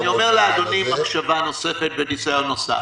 אני אומר לאדוני למחשבה נוספת וניסיון נוסף.